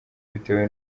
bitewe